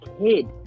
kid